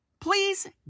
please